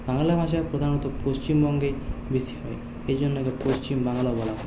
বাংলা ভাষা প্রধানত পশ্চিমবঙ্গে বেশি হয় এজন্য একে পশ্চিম বাংলা বলা হয়